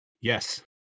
yes